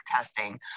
testing